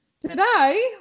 today